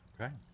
Okay